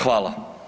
Hvala.